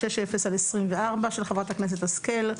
פ/2460/24 של חברת הכנסת השכל,